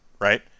right